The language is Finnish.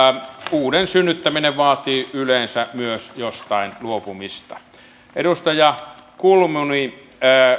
uuden synnyttäminen vaatii yleensä myös jostain luopumista edustaja kulmuni